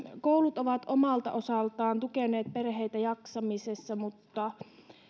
koulut ovat omalta osaltaan tukeneet perheitä jaksamisessa mutta